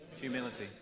Humility